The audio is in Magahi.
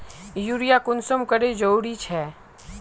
यूरिया कुंसम करे जरूरी छै?